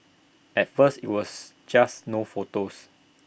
at first IT was just no photos